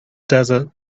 desert